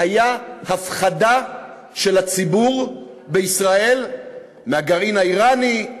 היו הפחדה של הציבור בישראל מהגרעין האיראני,